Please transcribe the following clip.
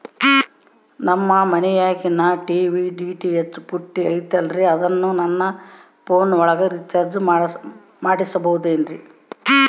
ನಮ್ಮ ಮನಿಯಾಗಿನ TV DTH ಪುಟ್ಟಿ ಐತಲ್ರೇ ಅದನ್ನ ನನ್ನ ಪೋನ್ ಒಳಗ ರೇಚಾರ್ಜ ಮಾಡಸಿಬಹುದೇನ್ರಿ?